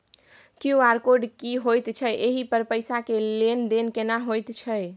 QR code की होयत छै एहि पर पैसा के लेन देन केना होयत छै?